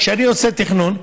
כשאני עושה תכנון,